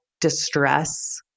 distress